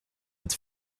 het